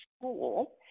school